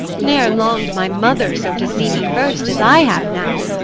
ne'er long'd my mother so to see me first as i have now.